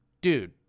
Dude